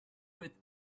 with